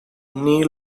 knee